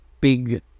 big